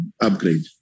upgrade